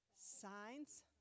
Signs